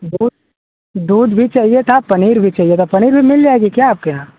दूध दूध भी चाहिए था पनीर भी चाहिए था पनीर भी मिल जाएगी क्या आपके यहाँ